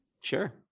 Sure